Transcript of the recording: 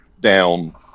down